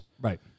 Right